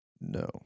No